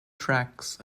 tracks